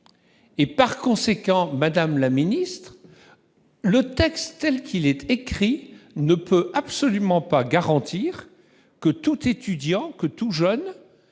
et par conséquent, Madame la Ministre, le texte telle qu'il était écrit ne peut absolument pas garantir que tout étudiant que tout jeune